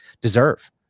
deserve